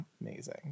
Amazing